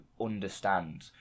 understand